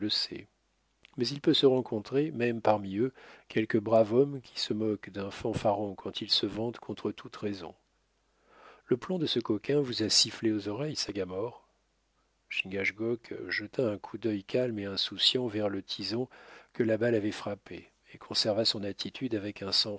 mais il peut se rencontrer même parmi eux quelque brave homme qui se moque d'un fanfaron quand il se vante contre toute raison le plomb de ce coquin vous a sifflé aux oreilles sagamore chingachgook jeta un coup d'œil calme et insouciant vers le tison que la balle avait frappé et conserva son attitude avec un